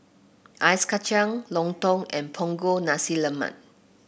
Ice Kacang lontong and Punggol Nasi Lemak